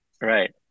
right